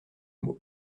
mots